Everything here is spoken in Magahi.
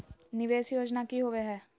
निवेस योजना की होवे है?